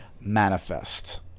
Manifest